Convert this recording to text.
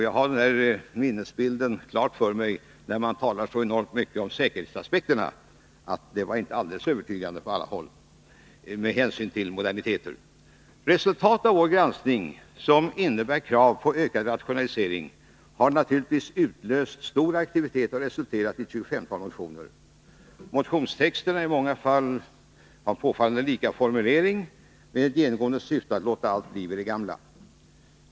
Jag har minnesbilden klar för mig, när det talas så mycket om säkerhetsaspekterna, att det inte var alldeles övertygande med hänsyn till moderniteter. Resultatet av vår granskning, som innebär krav på ökad rationalisering, har naturligtvis utlöst stor aktivitet och föranlett ett tjugofemtal motioner. Motionstexternas formulering är många gånger påfallande lika, med ett genomgående syfte att låta allt bli vid det gamla.